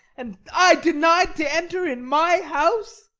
and i denied to enter in my house?